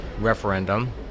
referendum